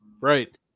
Right